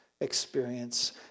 experience